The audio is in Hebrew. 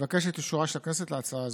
אבקש את אישורה של הכנסת להצעה זו.